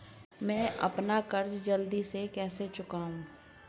मैं अपना कर्ज जल्दी कैसे चुकाऊं?